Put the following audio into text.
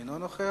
אינו נוכח.